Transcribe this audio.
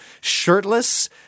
shirtless